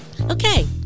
Okay